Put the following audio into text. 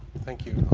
thank you.